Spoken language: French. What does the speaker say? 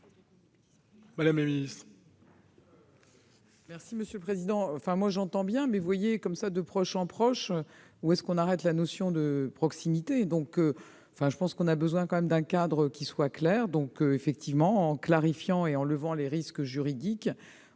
Mme la ministre.